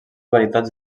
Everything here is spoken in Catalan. varietats